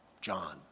John